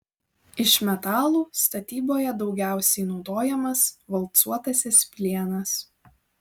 iš metalų statyboje daugiausiai naudojamas valcuotasis plienas